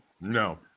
No